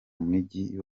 mujyi